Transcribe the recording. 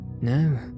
No